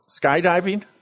skydiving